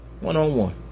one-on-one